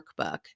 workbook